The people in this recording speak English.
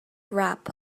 rap